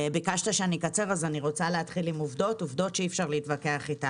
ביקשת שאקצר אז אני רוצה להתחיל עם עובדות שאי אפשר להתווכח איתן.